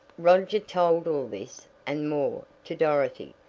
roger told all this, and more, to dorothy,